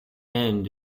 end